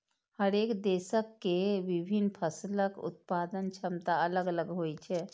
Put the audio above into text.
हरेक देशक के विभिन्न फसलक उत्पादन क्षमता अलग अलग होइ छै